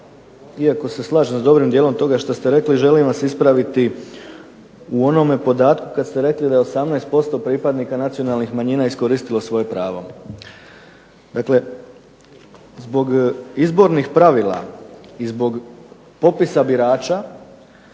iako se slažem s dobrim dijelom toga što ste rekli želim vas ispraviti u onom podatku kada ste rekli da je 18% pripadnika nacionalnih manjina iskoristilo svoje pravo. Dakle, zbog izbornih pravila i zbog popisa birača